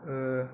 ओ